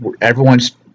everyone's